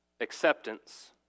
acceptance